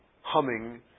humming